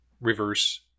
reverse